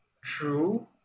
true